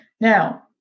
Now